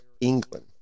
England